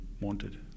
wanted